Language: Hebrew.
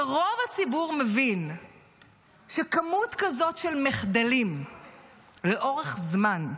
ורוב הציבור מבין שכמות כזאת של מחדלים לאורך זמן,